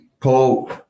Paul